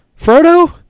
Frodo